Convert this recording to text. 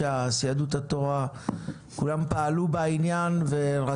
היום אנחנו רוצים לבוא לרפורמה ולהסכמות שאמורות לאזן